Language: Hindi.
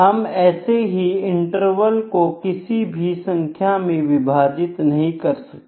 हम ऐसे ही इंटरवल को किसी भी संख्या में विभाजित नहीं कर सकते